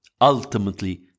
ultimately